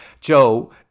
Joe